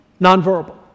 nonverbal